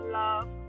love